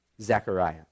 Zechariah